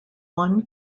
one